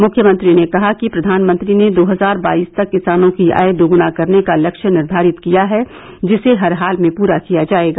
मुख्यमंत्री ने कहा कि प्रधानमंत्री ने दो हजार बाईस तक किसानों की आय दोगुना करने का लक्ष्य निर्धारित किया है जिसे हर हाल में पूरा किया जायेगा